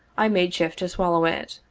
i made shift to swallow it.